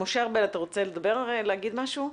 משה ארבל, אתה רוצה להגיד משהו?